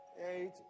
eight